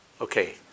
okay